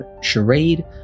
Charade